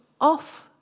off